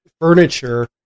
furniture